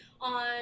on